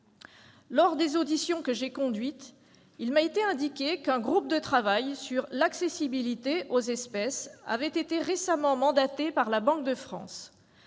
Lors des auditions que j'ai conduites, il m'a été indiqué qu'un groupe de travail sur l'accessibilité aux espèces avait récemment été mandaté par la Banque de France.